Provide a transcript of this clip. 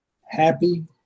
happy